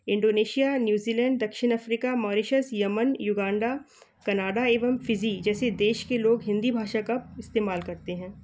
Indonesia New Zealand दक्षिण Africa Mauritius Yemen Uganda Canada एवं Fiji जैसे देश के लोग हिन्दी भाषा का इस्तेमाल करते हैं